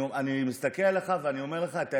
אני מסתכל עליך ואני אומר לך את האמת,